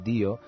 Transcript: Dio